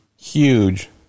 huge